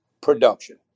production